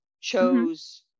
chose